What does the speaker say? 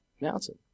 mountain